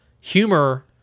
Humor